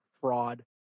fraud